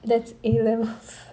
that's A levels